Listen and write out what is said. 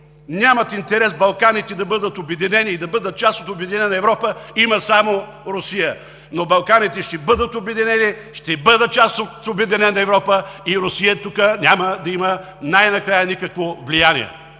нямат интерес Балканите да бъдат обединени и да бъдат част от обединена Европа, има само Русия. Но Балканите ще бъдат обединени, ще бъдат част от обединена Европа и Русия тук най-накрая няма да има никакво влияние!